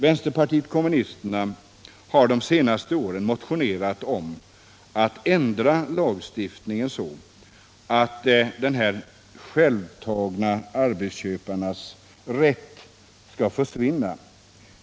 Vänsterpartiet kommunisterna har de senaste åren motionerat om att ändra lagstiftningen så att denna självtagna rätt för arbetsköparna skall försvinna.